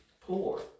poor